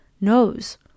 knows